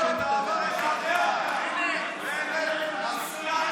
חבר הכנסת